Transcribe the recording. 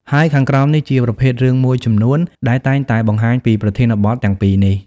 ហើយខាងក្រោមនេះជាប្រភេទរឿងមួយចំនួនដែលតែងតែបង្ហាញពីប្រធានបទទាំងពីរនេះ។